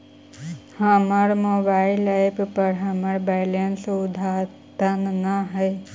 हमर mobile app पर हमर बैलेंस अद्यतन ना हई